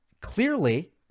clearly